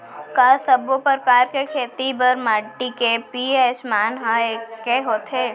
का सब्बो प्रकार के खेती बर माटी के पी.एच मान ह एकै होथे?